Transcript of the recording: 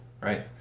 right